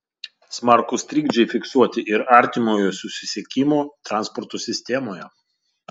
smarkūs trikdžiai fiksuoti ir artimojo susisiekimo transporto sistemoje